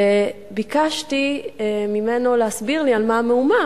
וביקשתי ממנו להסביר לי על מה המהומה,